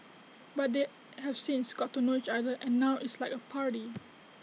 but they have since got to know each other and now it's like A party